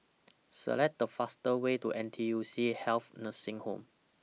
Select The fastest Way to N T U C Health Nursing Home